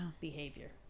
behavior